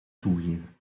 toegeven